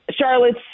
Charlotte's